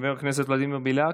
חבר הכנסת ולדימיר בליאק,